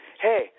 hey